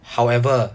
however